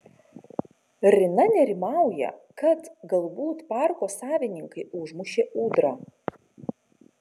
rina nerimauja kad galbūt parko savininkai užmušė ūdrą